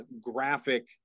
graphic